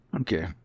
Okay